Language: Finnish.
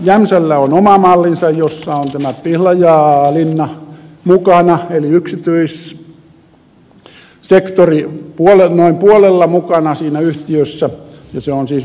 jämsällä on oma mallinsa jossa on tämä pihlajalinna mukana eli yksityissektori noin puolella mukana siinä yhtiössä ja se on siis yhtiöitetty